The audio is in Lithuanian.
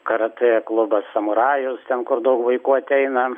karatė klubas samurajus ten kur daug vaikų ateina